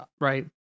right